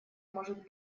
может